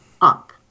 up